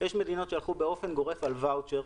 יש מדינות שהלכו באופן גורף על ואוצ'ר.